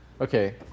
Okay